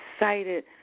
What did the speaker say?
excited